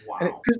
wow